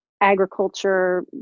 agriculture